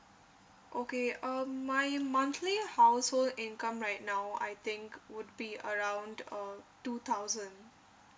okay um my monthly household income right now I think would be around uh two thousand